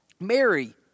Mary